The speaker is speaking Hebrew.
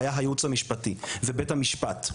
היה הייעוץ המשפטי ובית המשפט.